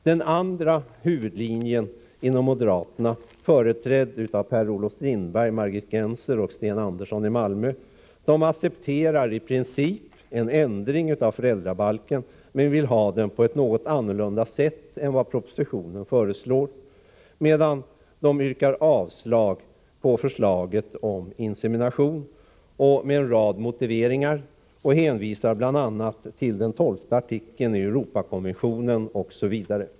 Den andra huvudlinjen inom moderaterna, vilken företräds av Per-Olof Strindberg, Margit Gennser och Sten Andersson i Malmö, accepterar i princip en ändring av föräldrabalken, men man vill göra den på ett något annorlunda sätt än vad propositionen föreslår. Dessa personer yrkar avslag på förslaget om insemination med en rad motiveringar, och de hänvisar bl.a. till den 12:e artikeln i Europakonventionen, m.m.